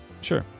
Sure